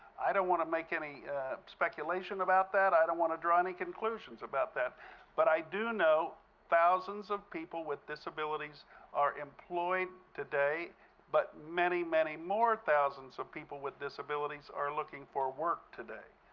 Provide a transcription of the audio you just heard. i don't want to make any speculation about that. i don't want to draw any conclusions about that but i do know thousands of people with disabilities are employed today but many, many more thousands of people with disabilities are looking for work today.